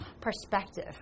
perspective